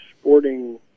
sporting